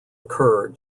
occur